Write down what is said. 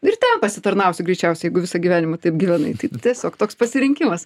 ir ten pasitarnausi greičiausiai jeigu visą gyvenimą taip gyvenai tai tiesiog toks pasirinkimas